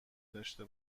داشته